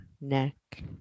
neck